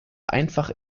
einfach